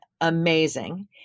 amazing